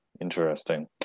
Interesting